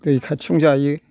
दै खाथियावनो जायो